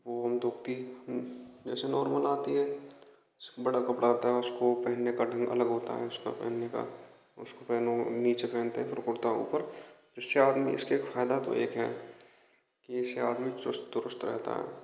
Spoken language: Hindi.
वो है धोती जैसे नॉर्मल आती है बड़ा कपड़ा आता है उसको पहनने का ढंग अलग होता है उसको पहनने का उसको पहने नीचे पहनते हैं फिर कुर्ता उपर इस से आदमी इसके फायदा तो एक है की इससे आदमी चुस्त दुरुस्त रहता है